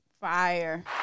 Fire